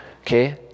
Okay